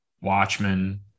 Watchmen